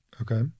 Okay